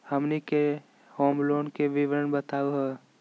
हमनी के home loan के विवरण बताही हो?